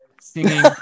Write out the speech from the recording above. singing